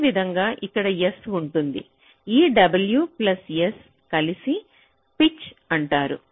అదేవిధంగా ఇక్కడ s ఉంటుంది ఈ w ప్లస్ s కలిసి పిచ్ అంటారు